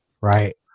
Right